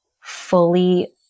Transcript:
fully